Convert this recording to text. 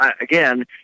again